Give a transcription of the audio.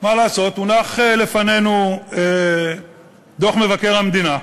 מה לעשות, הונח בפנינו דוח מבקר המדינה,